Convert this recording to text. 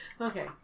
Okay